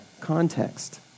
context